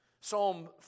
Psalm